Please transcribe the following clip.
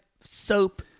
soap